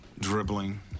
Dribbling